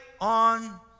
on